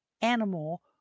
animal